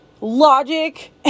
logic